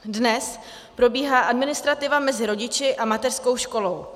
Dnes probíhá administrativa mezi rodiči a mateřskou školou.